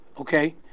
okay